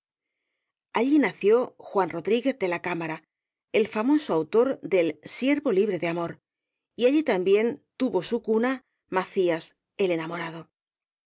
allí nació juan rodríguez de la cámara el famoso autor del siervo libre de amor y allí también tuvo su cuna macías el enamorado